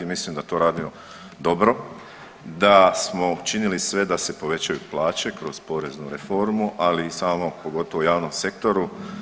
I mislim da to radimo dobro, da smo učinili sve da se povećaju plaće kroz poreznu reformu, ali i samo pogotovo u javnom sektoru.